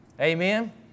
Amen